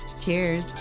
Cheers